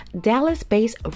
Dallas-based